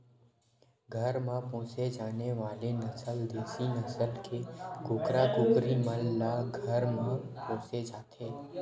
घर म पोसे जाने वाले नसल देसी नसल के कुकरा कुकरी मन ल घर म पोसे जाथे